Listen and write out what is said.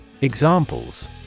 Examples